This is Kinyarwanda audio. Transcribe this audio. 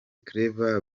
claver